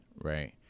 right